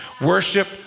worship